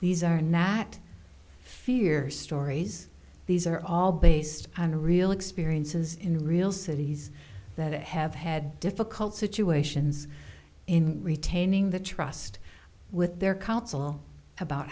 these are not fear stories these are all based on real experiences in real cities that have had difficult situations in retaining the trust with their council about